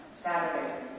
Saturday